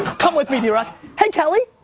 come with me, drock. hey, kelly!